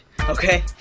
Okay